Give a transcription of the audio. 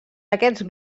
aquests